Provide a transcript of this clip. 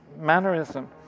mannerism